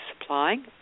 supplying